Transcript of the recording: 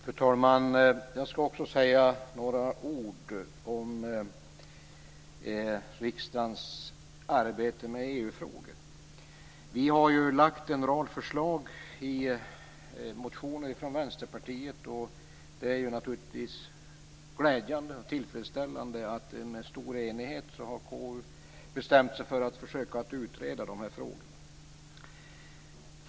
Fru talman! Jag skall också säga några ord om riksdagens arbete med EU-frågor. Vi har från Vänsterpartiet lagt en rad förslag i motioner, och det är naturligtvis glädjande och tillfredsställande att KU i stor enighet har bestämt sig för att försöka utreda de här frågorna.